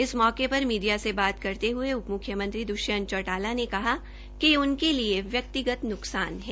इस मौके पर मीडया से बात करते हये उप मुख्यमंत्री द्ष्यंत चौटाला ने कहा कि ये उनके लिए व्यक्तिगत नुकसान है